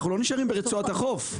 אנחנו לא נשארים ברצועת החוף.